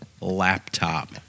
Laptop